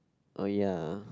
oh ya